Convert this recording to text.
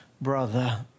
brother